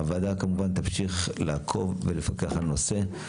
הוועדה כמובן תמשיך לעקוב ולפקח על הנושא.